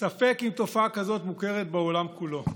ספק אם תופעה כזאת מוכרת בעולם כולו.